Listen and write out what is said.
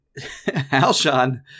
Alshon